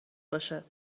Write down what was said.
باشه